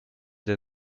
der